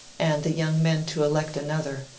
and the young men to elect another,